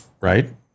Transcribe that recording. right